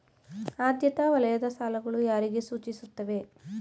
ಆದ್ಯತಾ ವಲಯದ ಸಾಲಗಳು ಯಾರಿಗೆ ಸೂಚಿಸುತ್ತವೆ?